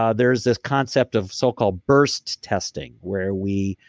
ah there's this concept of so called burst testing where we.